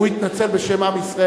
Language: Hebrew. הוא התנצל בשם עם ישראל.